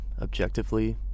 objectively